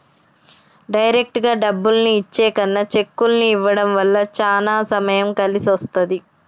డైరెక్టుగా డబ్బుల్ని ఇచ్చే కన్నా చెక్కుల్ని ఇవ్వడం వల్ల చానా సమయం కలిసొస్తది